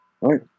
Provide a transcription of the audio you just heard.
right